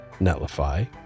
Netlify